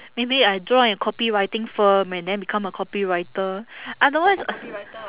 maybe I join a copywriter firm and then become a copywriter otherwise